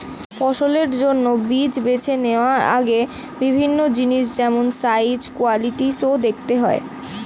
ফসলের জন্য বীজ বেছে নেওয়ার আগে বিভিন্ন জিনিস যেমন সাইজ, কোয়ালিটি সো দেখতে হয়